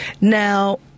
Now